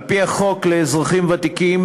על-פי חוק האזרחים הוותיקים,